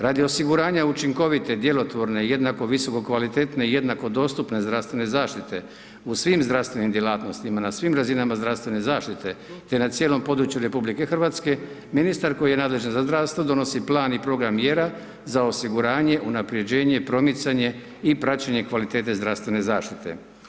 Radi osiguranja učinkovite, djelotvorne i jednako visokokvalitetne i jednako dostupne zdravstvene zaštite u svim zdravstvenim djelatnostima na svim razinama zdravstvene zaštite te na cijelom području RH, ministar koji je nadležan za zdravstvo donosi plan i program mjera za osiguranje, unaprjeđenje i promicanje i praćenje kvalitete zdravstvene zaštite.